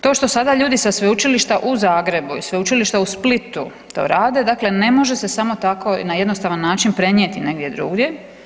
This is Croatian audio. To što sada ljudi sa Sveučilišta u Zagrebu i Sveučilišta u Splitu to rade, dakle ne može se samo tako na jednostavan način prenijeti negdje drugdje.